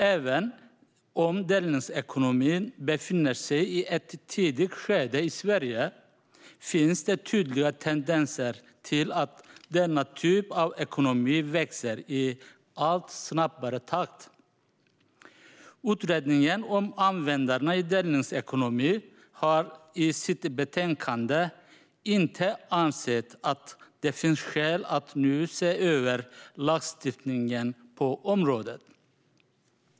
Även om delningsekonomin befinner sig i ett tidigt skede i Sverige finns det tydliga tendenser till att denna typ av ekonomi växer i allt snabbare takt. Utredningen om användarna i delningsekonomin har i sitt betänkande inte ansett att det finns skäl att nu se över lagstiftningen på området.